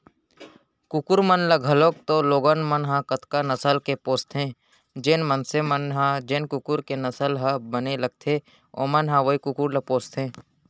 कुकुर मन ल घलौक तो लोगन मन ह कतका नसल के पोसथें, जेन मनसे मन ल जेन कुकुर के नसल ह बने लगथे ओमन ह वोई कुकुर ल पोसथें